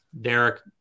Derek